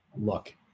Look